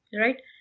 right